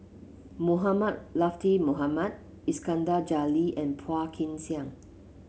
Mohamed Latiff Mohamed Iskandar Jalil and Phua Kin Siang